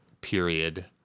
period